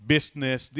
Business